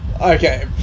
Okay